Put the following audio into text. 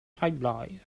pipeline